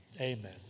Amen